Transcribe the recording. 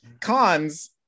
cons